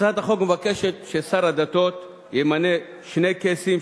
הצעת החוק מבקשת ששר הדתות ימנה שני קייסים,